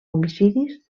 homicidis